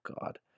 God